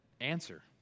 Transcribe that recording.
answer